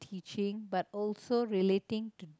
teaching but also relating to